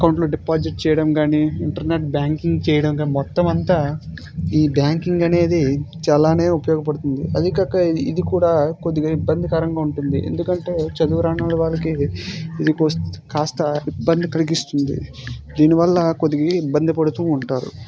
అకౌంట్లో డిపాజిట్ చేయడం కానీ ఇంటర్నెట్ బ్యాంకింగ్ చేయడం కానీ మొత్తం అంతా ఈ బ్యాంకింగ్ అనేది చాలా ఉపయోగపడుతుంది అది కాక ఇ ఇది కూడా కొద్దిగా ఇబ్బందికరంగా ఉంటుంది ఎందుకంటే చదువురాని వారికి ఇది కోస్తా కాస్తా ఇబ్బంది కలిగిస్తుంది దీనివల్ల కొద్దిగా ఇబ్బంది పడుతు ఉంటారు